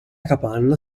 capanna